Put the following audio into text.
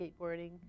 skateboarding